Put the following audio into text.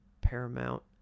Paramount